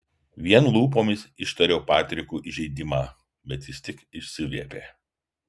vien lūpomis ištariau patrikui įžeidimą bet jis tik išsiviepė